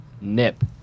nip